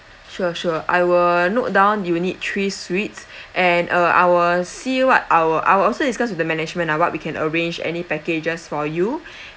sure sure I will note down you need three suites and uh I will see what I'll I'll also discuss with the management uh what we can arrange any packages for you